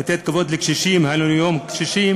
לתת כבוד לקשישים, היה לנו יום קשישים.